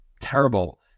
terrible